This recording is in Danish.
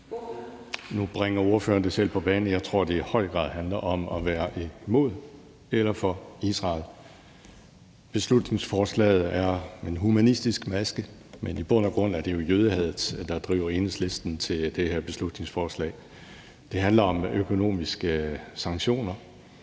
Nu bringer ordføreren det selv på banen; jeg tror, at det i høj grad handler om at være imod eller for Israel. Beslutningsforslaget er en humanistisk maske, men i bund og grund er det jo jødehadet, der driver Enhedslisten til det her beslutningsforslag. Det handler om økonomiske sanktioner,